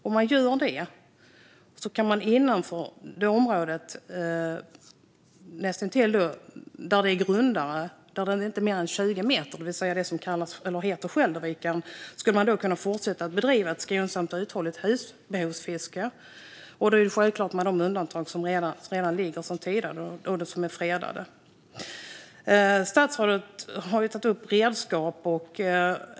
Om man gjorde det skulle man innanför detta, i det som heter Skälderviken - där är det grundare, inte mer än 20 meter - kunna fortsätta bedriva ett skonsamt och uthålligt husbehovsfiske. Det skulle då självklart ske med undantag av de områden som sedan tidigare är fredade. Statsrådet har tagit upp redskap.